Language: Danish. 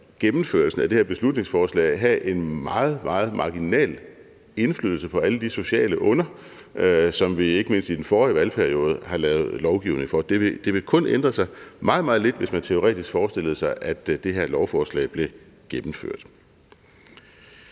gennemførelsen af det her beslutningsforslag have en meget, meget marginal indflydelse på alle de sociale onder, som vi ikke mindst i den forrige valgperiode har lavet lovgivning om. Det ville kun ændre sig meget, meget lidt, hvis man teoretisk forestillede sig, at det her beslutningsforslag blev gennemført.